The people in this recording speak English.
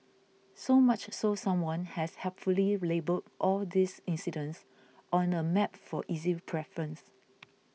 so much so someone has helpfully labelled all these incidents on a map for easy preference